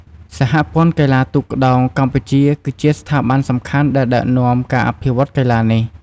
សហព័ន្ធកីឡាទូកក្ដោងកម្ពុជាគឺជាស្ថាប័នសំខាន់ដែលដឹកនាំការអភិវឌ្ឍន៍កីឡានេះ។